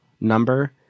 number